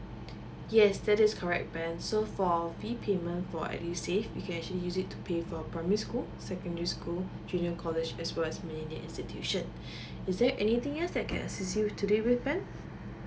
yes that is correct ben so for P payment for edusave you can actually use it to pay for primary school secondary school junior college as well as millenia institution is there anything else that I can assist you today ben